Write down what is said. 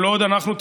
כל עוד אנחנו,